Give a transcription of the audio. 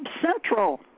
Central